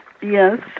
Yes